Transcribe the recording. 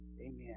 Amen